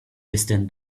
listen